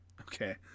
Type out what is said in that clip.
Okay